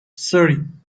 three